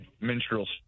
minstrels